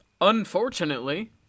Unfortunately